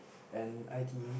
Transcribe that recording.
and i_t_e